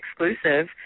exclusive